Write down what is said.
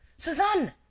suzanne!